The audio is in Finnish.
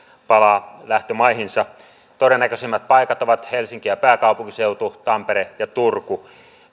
palaa lähtömaihinsa todennäköisimmät paikat ovat helsinki ja pääkaupunkiseutu tampere ja turku